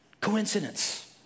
coincidence